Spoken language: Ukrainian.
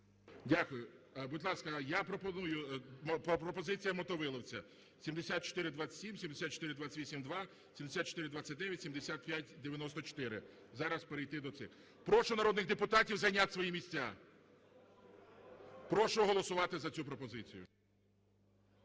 Дякую. Будь ласка, я пропоную, пропозиція Мотовиловця: 7427, 7428-2, 7429, 7594, зараз перейти до цих. Прошу народних депутатів зайняти свої місця. Прошу голосувати за цю пропозицію.